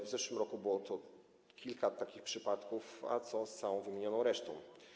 W zeszłym roku było kilka takich przypadków, a co z całą wymienioną resztą?